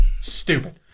Stupid